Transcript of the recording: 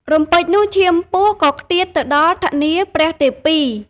រំពេចនោះ ឈាមពស់ក៏ខ្ទាតទៅដល់ថនាព្រះទេពី។